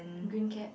green cap